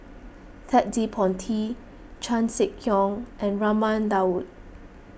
Ted De Ponti Chan Sek Keong and Raman Daud